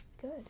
Good